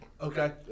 Okay